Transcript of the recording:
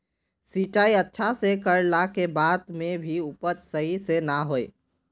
सिंचाई अच्छा से कर ला के बाद में भी उपज सही से ना होय?